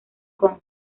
kong